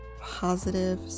positive